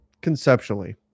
conceptually